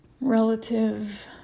relative